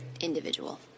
individual